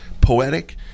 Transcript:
poetic